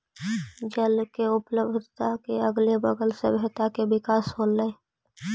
जल के उपलब्धता के अगले बगल सभ्यता के विकास होलइ